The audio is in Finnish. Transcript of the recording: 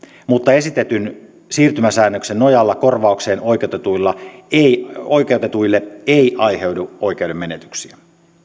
mutta esitetyn siirtymäsäännöksen nojalla korvaukseen oikeutetuille ei oikeutetuille ei aiheudu oikeudenmenetyksiä